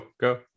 go